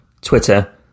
Twitter